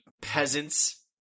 peasants